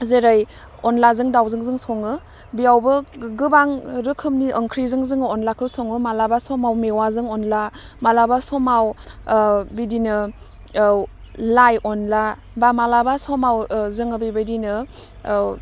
जेरै अन्लाजों दावजों जों सङो बेवबो गोबां रोखोमनि ओंख्रिजों जों अन्लाखौ सङो मालाबा समाव मेवाजों अन्ला मालाबा समाव बिदिनो औ लाइ अन्ला बा मालाबा समाव जोङो बेबायदिनो औ